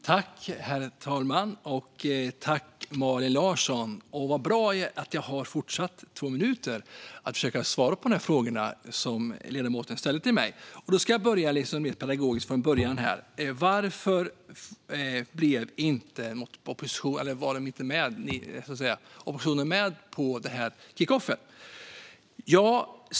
Herr talman! Vad bra att jag har två minuter till att försöka svara på de frågor som ledamoten ställde till mig! Jag ska ta det pedagogiskt från början. Varför var inte oppositionen med på kickoffen?